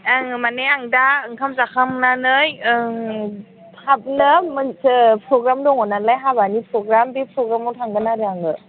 आङो मानि आं दा ओंखाम जाखांनानै थाबनो मोनसे प्रग्राम दङ नालाय हाबानि प्रग्राम बे प्रग्रामाव थांगोन आरो आङो